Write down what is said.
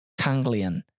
Kanglian